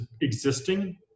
existing